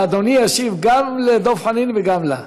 ואדוני ישיב גם לדב חנין וגם לה.